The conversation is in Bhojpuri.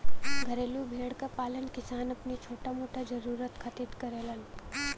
घरेलू भेड़ क पालन किसान अपनी छोटा मोटा जरुरत खातिर करेलन